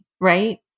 Right